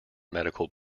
medical